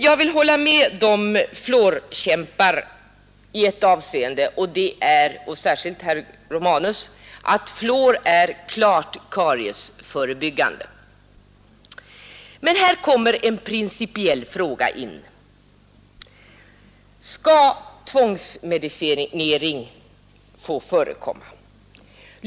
Jag vill hålla med fluorkämparna, särskilt herr Romanus, i ett avseende: Fluor är klart kariesförebyggande. Men här kommer en principiell fråga in. Skall tvångsmedicinering få förekomma?